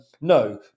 no